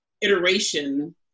iteration